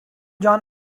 john